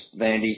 Vandy